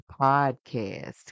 podcast